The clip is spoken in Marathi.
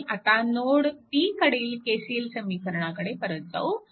आणि आता नोड B कडील KCL समीकरणाकडे परत जाऊ